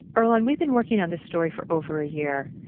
earlonne, we've been working on this story for over a year,